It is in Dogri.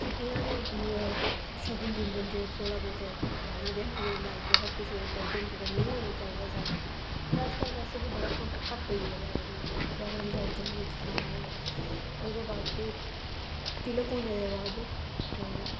फिर इ'यां गै शगन दिंदे ना जेह्डे़ थोह्डा बहुत लेना देना बी होंदा ऐ जेह्ड़ा हर कुसै दे करदे न जेह्ड़ा नेईं होना चाहिदा जैदा फिर अजकल वैसे बड़ा कम्म घट्ट होई गेदा एह् आह्ला जैदा नेईं साढ़े जम्मू च ओह्दे बाद ऐ तिलक होने दे बाद ए इद्धर